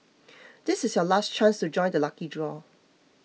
this is your last chance to join the lucky draw